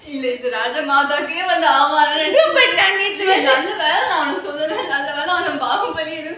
இல்ல இது ராஜ மாதாவுக்கே வந்த அவமானம் இல்ல நல்லா வேல ஏதும் சொல்லல:illa ithu raja madhavukkae vantha avamaanam illa nallaa vela ethum sollala